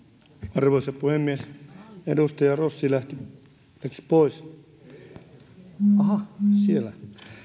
arvoisa puhemies edustaja rossi lähti pois ahah siellä